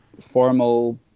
formal